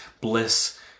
bliss